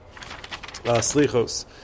Slichos